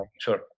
Sure